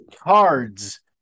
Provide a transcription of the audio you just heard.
Cards